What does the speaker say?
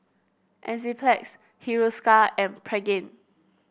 Enzyplex Hiruscar and Pregain